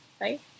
right